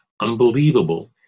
Unbelievable